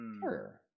Sure